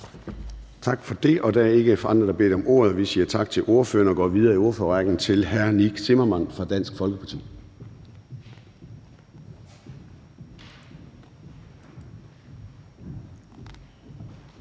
Tak for det. Der er ikke nogen, der har bedt om ordet, så vi siger tak til ordføreren og går videre i ordførerrækken til hr. Nick Zimmermann fra Dansk Folkeparti.